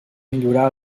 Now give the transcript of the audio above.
millorar